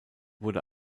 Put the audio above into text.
wurde